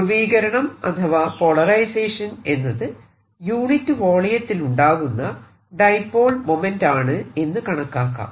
ധ്രുവീകരണം അഥവാ പോളറൈസേഷൻ എന്നത് യൂണിറ്റ് വോളിയത്തിലുണ്ടാവുന്ന ഡൈപോൾ മോമെന്റ്റ് ആണ് എന്ന് കണക്കാക്കാം